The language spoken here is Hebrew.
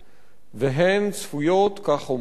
והן צפויות, כך אומרים לנו,